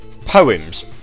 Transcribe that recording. poems